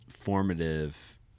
formative